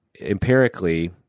empirically